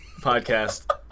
podcast